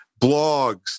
blogs